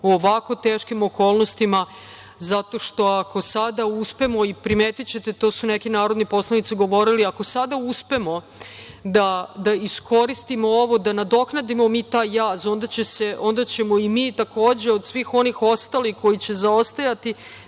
u ovako teškim okolnostima. Ako sada uspemo i primetićete to su neki narodni poslanici govorili, ako sada uspemo da iskoristimo ovo, da nadoknadimo mi taj jaz, onda ćemo i mi takođe od svih onih ostalih koji će zaostajati